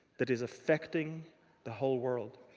that is affecting the whole world.